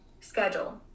schedule